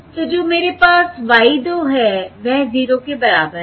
तो जो मेरे पास y 2 है वह 0 के बराबर है